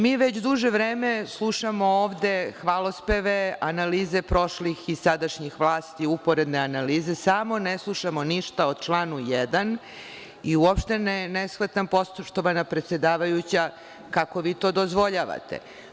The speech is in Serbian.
Mi već duže vreme slušamo ovde hvalospeve, analize prošlih i sadašnjih vlasti, uporedne analize, samo ne slušamo ništa o članu 1. Uopšte ne shvatam, poštovana predsedavajuća, kako vi to dozvoljavate?